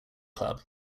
club